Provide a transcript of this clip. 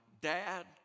dad